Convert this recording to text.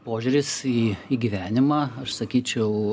požiūris į į gyvenimą aš sakyčiau